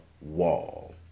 wall